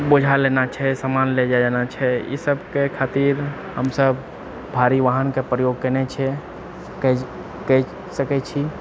बोझा लेना छै सामान ले जाना छै ई सबके खातिर हमसब भारी वाहनके प्रयोग केने छै कए कए सकए छी